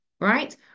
right